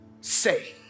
say